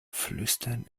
flüstern